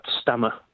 stammer